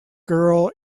girl